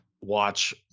watch